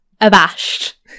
abashed